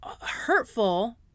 hurtful